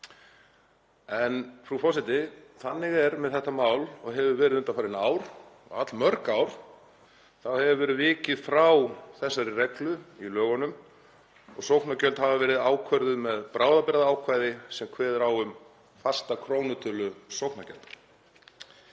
Frú forseti. Þannig er með þetta mál og hefur verið undanfarin allmörg ár að vikið hefur verið frá þessari reglu í lögunum og sóknargjöld hafa verið ákvörðuð með bráðabirgðaákvæði sem kveður á um fasta krónutölu sóknargjalda.